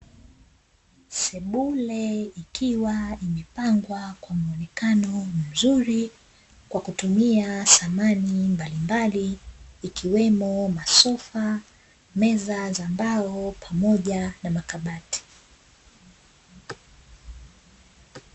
Sebure iliwa imepangwa kwa muonekano mzuri kwa kutumia samani mbalimbali ikiwemo masofa, meza za mbao pamoja na makabati.